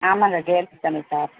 ஆமாங்க கேர்ள்ஸுக்கான டாப்